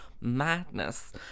madness